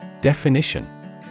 Definition